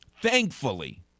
Thankfully